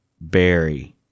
Berry